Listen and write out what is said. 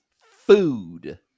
food